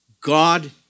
God